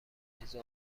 چیزو